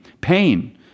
Pain